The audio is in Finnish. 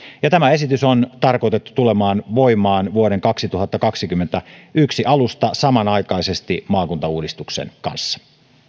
tämä esitys on tarkoitettu tulemaan voimaan vuoden kaksituhattakaksikymmentäyksi alusta samanaikaisesti maakuntauudistuksen kanssa